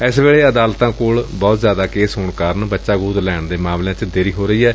S ਵੇਲੇ ਅਦਾਲਤਾਂ ਕੋਲ ਬਹੁਤ ਜ਼ਿਆਦਾ ਕੇਸ ਹੋਣ ਕਾਰਨ ਬੱਚਾ ਗੋਦ ਲੈਣ ਦੇ ਮਾਮਲਿਆਂ ਚ ਦੇਰੀ ਹੋ ਰਹੀ ਏ